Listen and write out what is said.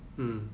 mm